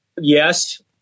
yes